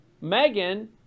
Megan